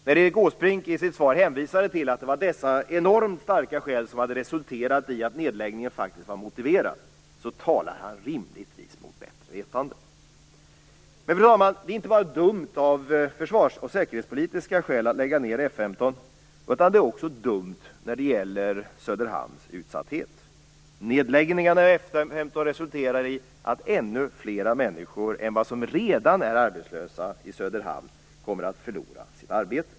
När Erik Åsbrink i sitt svar hänvisade till att det var dessa enormt starka skäl som hade resulterat i att nedläggningen faktiskt var motiverad, talade han rimligtvis mot bättre vetande. Fru talman! Det är inte bara dumt att av försvarsoch säkerhetspolitiska skäl lägga ned F 15, utan det är också dumt med tanke på Söderhamns utsatthet. Nedläggningen av F 15 resulterar i att ännu fler människor än de som redan är arbetslösa i Söderhamn kommer att förlora sitt arbete.